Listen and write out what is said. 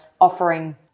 offering